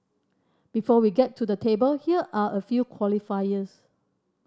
before we get to the table here are a few qualifiers